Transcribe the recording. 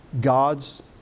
God's